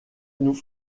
nous